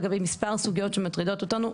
לגבי מספר סוגיות שמטרידות אותנו,